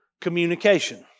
communication